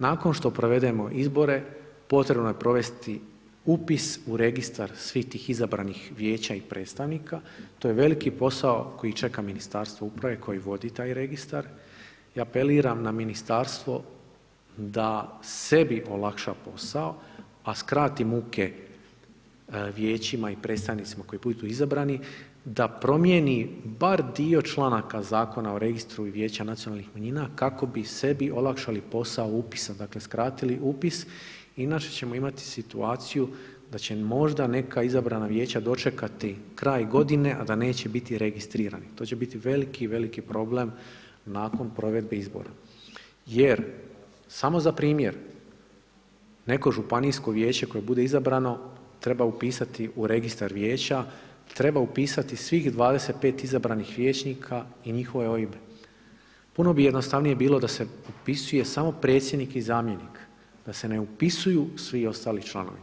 Nakon što provedemo izbore potrebno je provesti upis u registar svih tih izabranih vijeća i predstavnika, to je veliki posao koji čeka Ministarstvo uprave koji vodi taj registar i apeliram na ministarstvo da sebi olakša posao, a skrati muke vijećima i predstavnicima koji budu izabrani, da promijeni bar dio članaka Zakona o registru i vijeća nacionalnih manjina kako bi sebi olakšali posao upisa, dakle, skratili upis, inače ćemo imati situaciju da će možda neka izabrana vijeća dočekati kraj godine, a da neće biti registrirani, to će biti veliki, veliki problem nakon provedbi izbora jer, samo za primjer, neko županijsko vijeće koje bude izabrano, treba upisati u registar vijeća, treba upisati svih 25 izabranih vijećnika i njihove OIB-e, puno bi jednostavnije bilo da se upisuje samo predsjednik i zamjenik, da se ne upisuju svi ostali članovi,